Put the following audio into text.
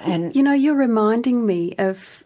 and you know, you're reminding me of